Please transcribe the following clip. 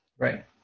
Right